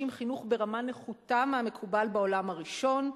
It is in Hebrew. חינוך ברמה נחותה מהמקובל בעולם הראשון.